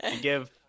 Give